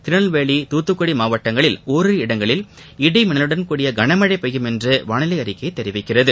திருநெல்வேலி தூத்துக்குடி மாவட்டங்களில் ஓரிரு இடங்களில் இடி மின்னலுடன் கூடிய கனமழை பெய்யும் என்று வானிலை அறிக்கை தெரிவிக்கிறது